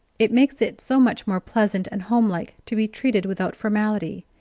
it makes it so much more pleasant and homelike to be treated without formality.